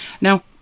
Now